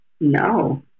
no